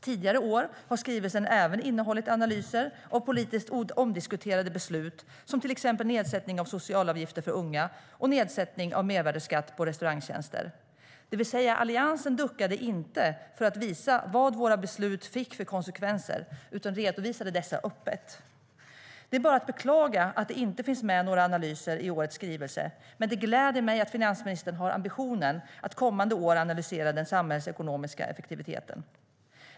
Tidigare år har skrivelsen även innehållit analyser av politiskt omdiskuterade beslut, som nedsättningen av socialavgifter för unga och nedsättningen av mervärdesskatt på restaurangtjänster. Alliansen duckade alltså inte för att visa vilka konsekvenser våra beslut fick utan redovisade dessa öppet. Det är bara att beklaga att det inte finns med några analyser i årets skrivelse, men det gläder mig att finansministern har ambitionen att kommande år analysera den samhällsekonomiska effektiviteten.